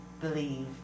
believe